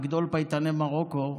גדול פייטני מרוקו,